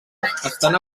estan